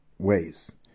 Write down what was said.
ways